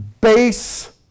base